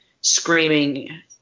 screaming